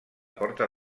porta